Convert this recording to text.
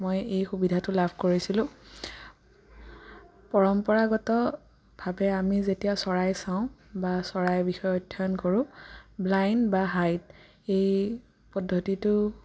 এই সুবিধাটো লাভ কৰিছিলোঁ পৰম্পৰাগতভাৱে আমি যেতিয়া চৰাই চাওঁ বা চৰাইৰ বিষয়ে অধ্যয়ন কৰোঁ ব্লাইণ্ড বা হাইড এই পদ্ধতিটো